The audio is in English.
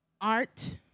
Art